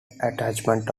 attachment